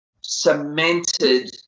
cemented